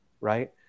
right